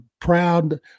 proud